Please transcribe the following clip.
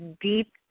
deep